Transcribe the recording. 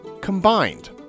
combined